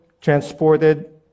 transported